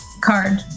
card